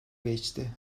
geçti